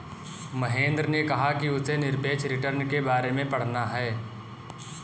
महेंद्र ने कहा कि उसे निरपेक्ष रिटर्न के बारे में पढ़ना है